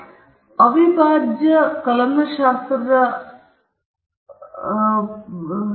ಆದ್ದರಿಂದ ಅವಿಭಾಜ್ಯ ಕಲನಶಾಸ್ತ್ರದ ಪರಿಚಿತವಾಗಿರುವ ಜನರು ಈ ನಿರ್ದಿಷ್ಟ ಸ್ಲೈಡ್ ಅನ್ನು ಸುಲಭವಾಗಿ ಗುರುತಿಸಬಹುದು